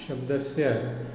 शब्दस्य